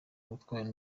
ubutwari